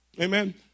amen